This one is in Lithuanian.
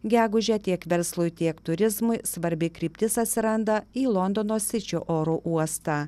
gegužę tiek verslui tiek turizmui svarbi kryptis atsiranda į londono sičio oro uostą